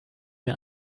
mir